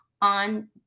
on